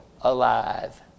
alive